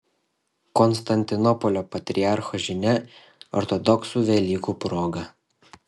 konstantinopolio patriarcho žinia ortodoksų velykų proga